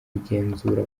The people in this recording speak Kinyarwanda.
igenzura